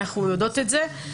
אנחנו יודעות את זה.